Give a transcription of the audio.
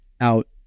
out